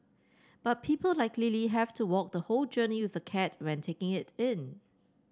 but people like Lily have to walk the whole journey with the cat when taking it in